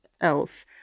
else